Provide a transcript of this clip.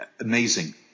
Amazing